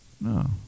No